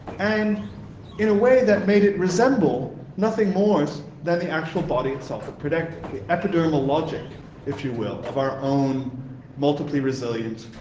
and in a way that made it resemble nothing more than the actual body itself it protected, the epidermal logic if you will of our own multiply resilient,